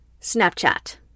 Snapchat